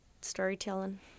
storytelling